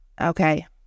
Okay